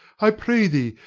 i pray thee,